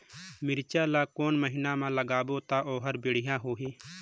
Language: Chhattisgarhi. मिरचा ला कोन महीना मा लगाबो ता ओहार बेडिया होही?